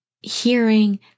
hearing